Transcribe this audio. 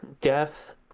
death